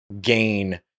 gain